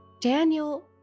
Daniel